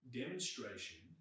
demonstration